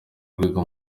rwego